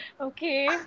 okay